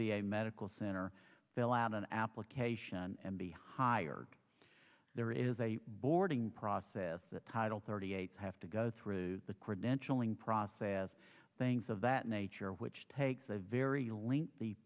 a medical center fill out an application and be hired there is a boarding process that title thirty eight have to go through the credentialing process things of that nature which takes a very lengthy